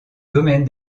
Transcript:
domaine